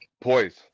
Poise